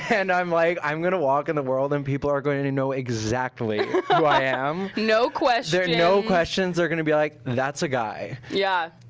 and i'm like, i'm gonna walk in the world and people are going to know exactly who i am. no questions. there are no questions. they're gonna be like, that's a guy. yeah,